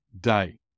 day